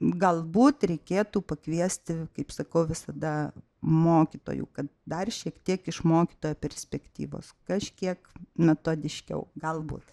galbūt reikėtų pakviesti kaip sakau visada mokytojų kad dar šiek tiek iš mokytojo perspektyvos kažkiek metodiškiau galbūt